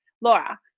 Laura